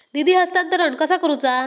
निधी हस्तांतरण कसा करुचा?